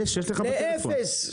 יש לך בטלפון.